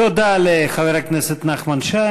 תודה לחבר הכנסת נחמן שי.